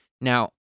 Now